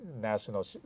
national